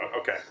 Okay